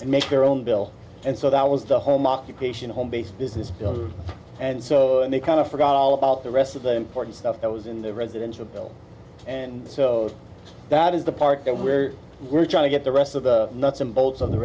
and make their own bill and so that was the home occupation home based business and so they kind of forgot all about the rest of the important stuff that was in the residence with bill and so that is the part where we're trying to get the rest of the nuts and bolts of the